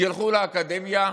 ילכו לאקדמיה,